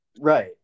Right